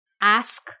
ask